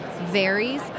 varies